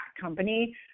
company